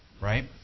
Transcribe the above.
right